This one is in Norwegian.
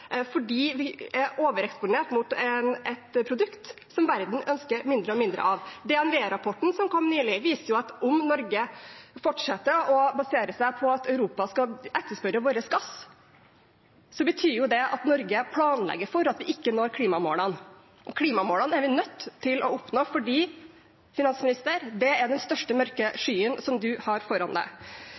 fordi vi er overeksponert mot et produkt som verden ønsker mindre og mindre av. DNV-rapporten som kom nylig, viste at om Norge fortsetter å basere seg på at Europa skal etterspørre vår gass, betyr det at Norge planlegger for at vi ikke når klimamålene. Og klimamålene er vi nødt til å oppnå, for det er den største mørke skyen som finansministeren har foran